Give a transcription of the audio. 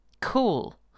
Cool